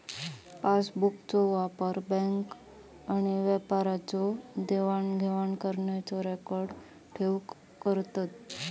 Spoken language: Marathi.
पासबुकचो वापर बॅन्क आणि व्यापाऱ्यांच्या देवाण घेवाणीचो रेकॉर्ड ठेऊक करतत